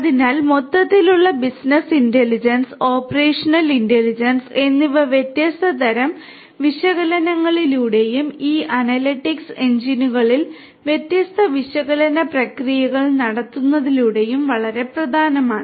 അതിനാൽ മൊത്തത്തിലുള്ള business intelligence എന്നിവ വ്യത്യസ്ത തരം വിശകലനങ്ങളിലൂടെയും ഈ അനലിറ്റിക്സ് എഞ്ചിനുകളിൽ വ്യത്യസ്ത വിശകലന പ്രക്രിയകൾ നടത്തുന്നതിലൂടെയും വളരെ പ്രധാനമാണ്